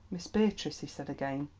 miss beatrice, he said again,